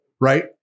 Right